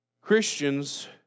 Christians